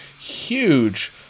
huge